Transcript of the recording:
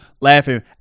laughing